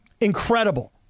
Incredible